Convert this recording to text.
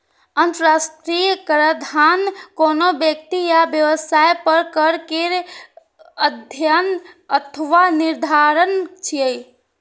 अंतरराष्ट्रीय कराधान कोनो व्यक्ति या व्यवसाय पर कर केर अध्ययन अथवा निर्धारण छियै